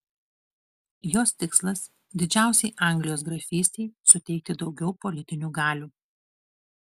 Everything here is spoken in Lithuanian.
jos tikslas didžiausiai anglijos grafystei suteikti daugiau politinių galių